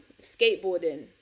skateboarding